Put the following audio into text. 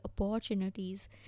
opportunities